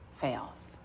fails